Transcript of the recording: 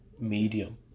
medium